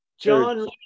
John